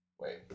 Wait